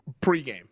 pregame